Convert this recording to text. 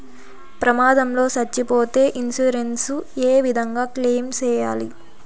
ప్రమాదం లో సచ్చిపోతే ఇన్సూరెన్సు ఏ విధంగా క్లెయిమ్ సేయాలి?